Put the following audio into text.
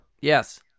Yes